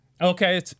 Okay